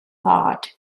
thought